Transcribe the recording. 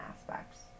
aspects